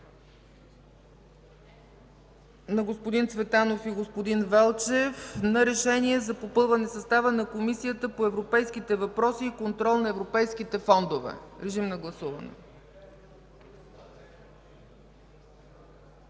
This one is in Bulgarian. на господин Цветанов и господин Велчев за решение за попълване състава на Комисията по европейските въпроси и контрол на европейските фондове. Гласували